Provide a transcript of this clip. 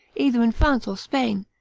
either in france or spain,